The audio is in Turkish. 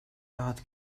rahat